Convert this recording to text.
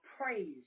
praise